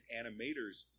animator's